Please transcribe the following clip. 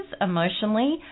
emotionally